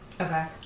Okay